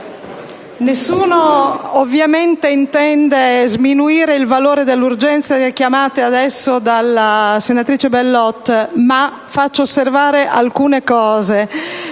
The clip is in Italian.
nessuno ovviamente intende sminuire il valore dell'urgenza richiamata adesso dalla senatrice Bellot, ma faccio osservare alcune cose.